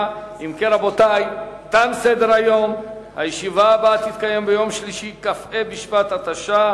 הסביבה להסיר מסדר-היום של הכנסת את הצעת